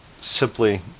simply